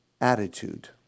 attitude